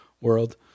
world